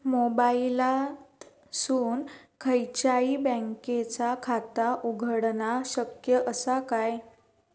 मोबाईलातसून खयच्याई बँकेचा खाता उघडणा शक्य असा काय?